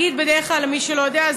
למי שלא יודע,